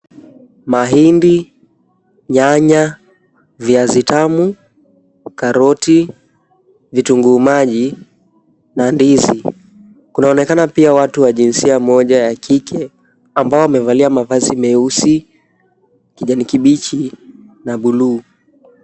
Mahindi, nyanya, viazi tamu, karoti, vitunguu maji na ndizi. Kunaonekana pia watu wa jinsia moja ya kike ambao wamevalia mavazi meusi, kijani kibichi na buluu.